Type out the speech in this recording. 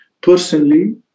personally